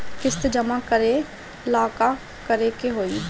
किस्त जमा करे ला का करे के होई?